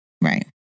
Right